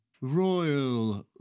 Royal